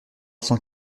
cent